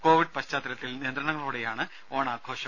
Covid പശ്ചാത്തലത്തിൽ നിയന്ത്രണങ്ങളോടെയാണ് ഓണാഘോഷം